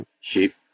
Sheep